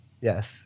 Yes